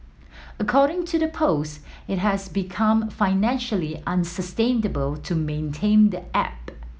according to the post it has become financially unsustainable to maintain the app